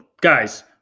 guys